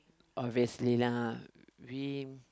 obviously lah we